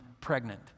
pregnant